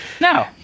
No